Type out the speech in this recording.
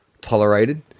tolerated